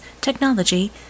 technology